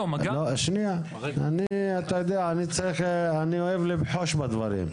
אתה יודע, אני אוהב לבחוש בדברים.